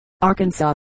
Arkansas